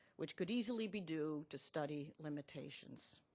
which could easily be due to study limitations.